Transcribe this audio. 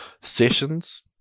sessions